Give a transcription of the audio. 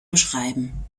beschreiben